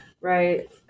right